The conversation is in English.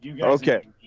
Okay